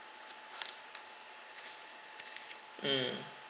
mm